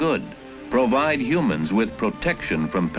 good provide humans with protection from